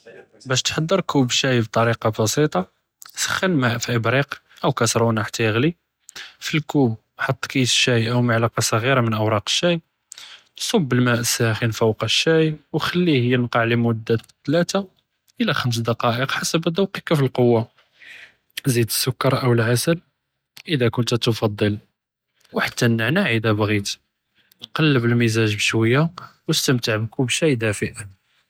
באש תחצ'ר כובּ שאי בטוריקה בסיטה, סח'ן אלמאא' פי אִבריק אוא כאסרונה חתה יעְ'לי, פי אלכּובּ חֻט כיס שאי אוא מלעקה סג'ירה מן אוראק אִששאי, צֻבּ אלמאא' אִלסאח'ן פוק השאי ו חְלִיה יִנקּע לִמודה תלאתה אלא חמס דקִיק לפי ד'וקּכ פי אלכּוהה, זיד אִלסכּר אוא אִלעסל אִלא كنت תעדל, ו חָּתא אלנענה אִלא בּע'ית, קלבּ אלמזיג' בִּאלשוויה ו אִסתמתע בִּכּובּ שאי דאפֵא.